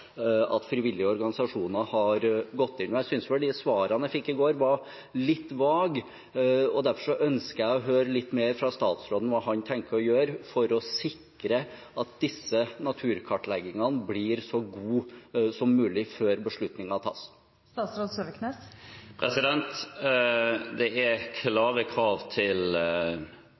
at frivillige organisasjoner har gått inn. Jeg synes de svarene jeg fikk i går, var litt vage. Derfor ønsker jeg å høre litt mer fra statsråden om hva han tenker å gjøre for å sikre at disse naturkartleggingene blir så gode som mulig før beslutningen tas. Det er klare krav til